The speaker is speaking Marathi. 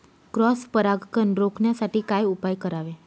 क्रॉस परागकण रोखण्यासाठी काय उपाय करावे?